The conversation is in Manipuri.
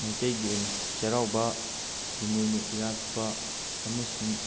ꯃꯩꯇꯩꯒꯤ ꯑꯣꯏꯅ ꯆꯩꯔꯥꯎꯕ ꯏꯃꯣꯏꯅꯨ ꯏꯔꯥꯠꯄ ꯑꯃꯁꯨꯡ